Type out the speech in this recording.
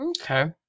Okay